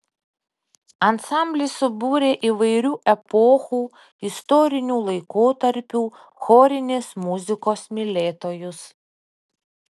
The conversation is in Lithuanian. ansamblis subūrė įvairių epochų istorinių laikotarpių chorinės muzikos mylėtojus